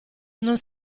non